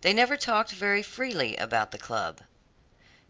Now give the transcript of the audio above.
they never talked very freely about the club